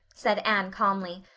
said anne calmly,